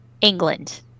England